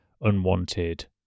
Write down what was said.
unwanted